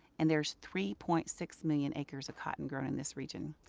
and there's three point six million acres of cotton growing in this region.